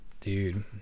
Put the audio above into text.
Dude